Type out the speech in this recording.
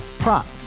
Prop